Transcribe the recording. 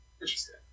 Interesting